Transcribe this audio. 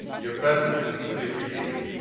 your presence is as equally appreciated.